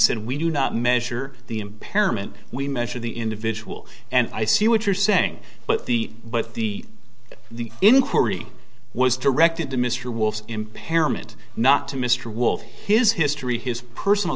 said we do not measure the impairment we measure the individual and i see what you're saying but the but the the inquiry was directed to mr wolf's impairment not to mr wolf his history his personal